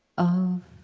of